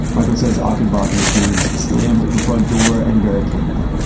michael says achenbach and his goons slammed the front door and barricaded it,